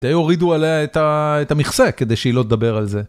תהיה הורידו עליה את המכסה כדי שהיא לא תדבר על זה.